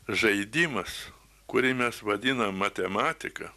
žaidimas kurį mes vadinam matematika